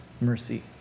mercy